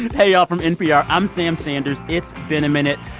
hey, y'all. from npr, i'm sam sanders. it's been a minute.